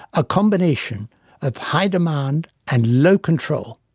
a combination of high demand and low control